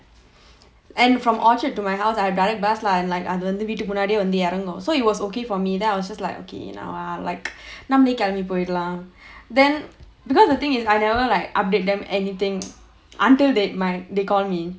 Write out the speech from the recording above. and from orchard to my house I have direct bus lah and like அது வந்து வீட்டு முன்னாடியே வந்து இறங்கும்:adhu vanthu veetu munnaadiye vanthu irangum so it was okay for me then I was just like okay you know like நம்மளே கிளம்பி போயிரலாம்:nammalae kilambi poyiralaam then because the thing is I never like update them anything until they my they call me